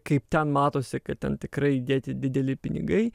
kaip ten matosi kad ten tikrai įdėti dideli pinigai